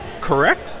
Correct